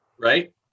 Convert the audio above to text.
right